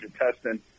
intestine